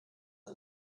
ein